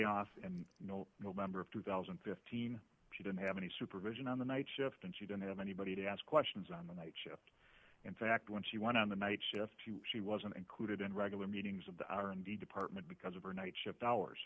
layoffs and you know november of two thousand and fifteen she didn't have any supervision on the night shift and she didn't have anybody to ask questions on the night shift in fact when she went on the night shift she wasn't included in regular meetings of the r and d department because of her night shift hours